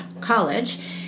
college